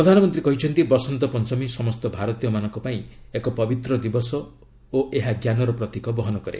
ପ୍ରଧାନମନ୍ତ୍ରୀ କହିଛନ୍ତି ବସନ୍ତ ପଞ୍ଚମୀ ସମସ୍ତ ଭାରତୀୟମାନଙ୍କ ପାଇଁ ଏକ ପବିତ୍ର ଦିବସ ଓ ଏହା ଜ୍ଞାନର ପ୍ରତୀକ ବହନ କରେ